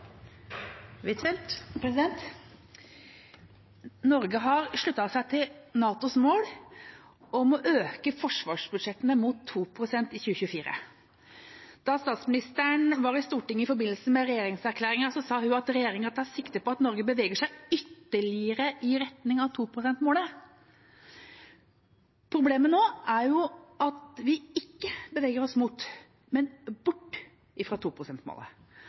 Norge har sluttet seg til NATOs mål om å øke forsvarsbudsjettene mot 2 pst. i 2024. Da statsministeren var i Stortinget i forbindelse med regjeringserklæringen, sa hun at regjeringa tar sikte på at Norge beveger seg ytterligere i retning av 2-prosentmålet. Problemet nå er jo at vi ikke beveger oss mot, men bort